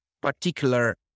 particular